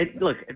look